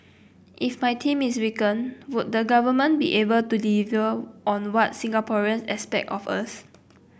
if my team is weakened would the government be able to deliver on what Singaporean expect of us